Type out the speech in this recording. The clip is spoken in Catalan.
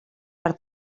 per